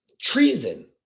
treason